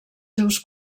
seus